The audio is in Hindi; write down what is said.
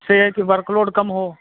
इससे है कि वर्क लोड कम हो